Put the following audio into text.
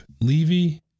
Levy